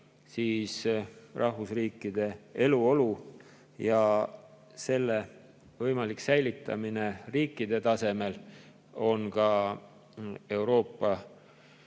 siis rahvusriikide eluolu ja selle võimalik säilitamine riikide tasemel on ka Euroopa